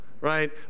right